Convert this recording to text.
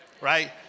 right